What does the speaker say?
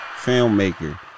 filmmaker